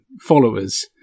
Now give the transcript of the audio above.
followers